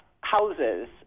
houses